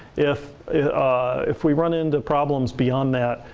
if if we run into problems beyond that,